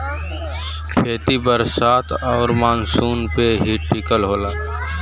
खेती बरसात आउर मानसून पे ही टिकल होला